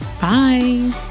Bye